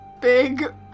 Big